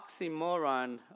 oxymoron